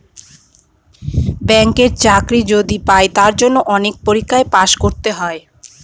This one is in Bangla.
ব্যাঙ্কের চাকরি যদি পাই তার জন্য অনেক পরীক্ষায় পাস করতে হয়